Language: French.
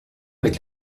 avec